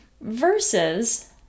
Versus